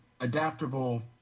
adaptable